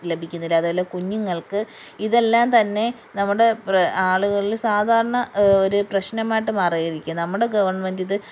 ലഭിക്കുന്നില്ല അതുപോലെ കുഞ്ഞുങ്ങൾക്ക് ഇതെല്ലാം തന്നെ നമ്മുടെ ആളുകളിൽ സാധാരണ ഒരു പ്രശ്നമായിട്ട് മാറിയിരിക്കുക നമ്മുടെ ഗവൺമെൻറ് ഇത്